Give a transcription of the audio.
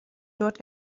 dort